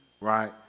right